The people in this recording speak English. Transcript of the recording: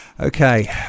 Okay